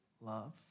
love